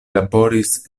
laboris